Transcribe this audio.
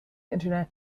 internet